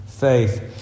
faith